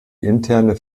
interne